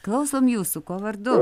klausom jūsų kuo vardu